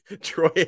Troy